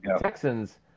Texans